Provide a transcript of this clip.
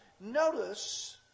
Notice